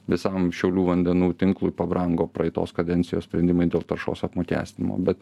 visam šiaulių vandenų tinklui pabrango praeitos kadencijos sprendimai dėl taršos apmokestinimo bet